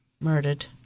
murdered